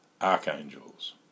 archangels